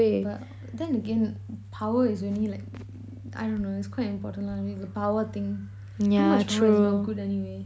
but then again power is only like I dunno it's quite important the power thing too much power is not good anyway